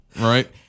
right